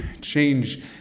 change